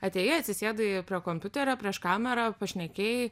atėjai atsisėdai prie kompiuterio prieš kamerą pašnekėjai